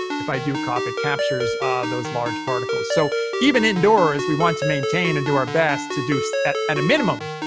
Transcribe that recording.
if i do cough, it captures those large particles. so even indoors, we want to maintain and do our best to do, so at and a minimum,